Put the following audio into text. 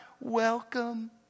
Welcome